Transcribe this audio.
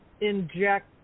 inject